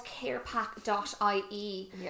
carepack.ie